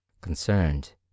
concerned